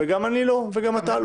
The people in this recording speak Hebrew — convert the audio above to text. כולל אני ואתה.